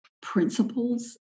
principles